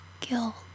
guilt